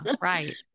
right